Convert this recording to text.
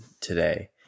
today